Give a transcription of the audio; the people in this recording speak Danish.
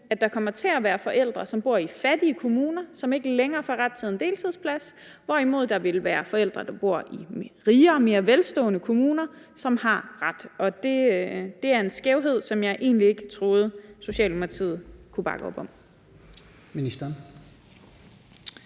at der kommer til at være forældre, som bor i fattige kommuner, som ikke længere får ret til en deltidsplads, hvorimod der vil være forældre, der bor i rigere og mere velstående kommuner, som har en ret til det, og det er en skævhed, som jeg egentlig ikke troede Socialdemokratiet kunne bakke op om. Kl.